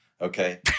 okay